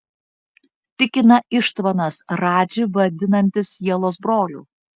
tikina ištvanas radžį vadinantis sielos broliu